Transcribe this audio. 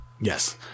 Yes